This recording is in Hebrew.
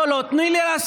לא, לא, תני לי להסביר.